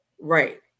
Right